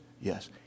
Yes